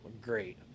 great